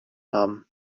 haben